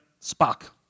Spock